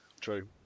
True